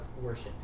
worship